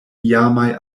iamaj